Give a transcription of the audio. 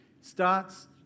starts